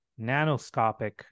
nanoscopic